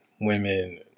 women